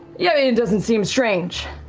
yeah, it doesn't seem strange,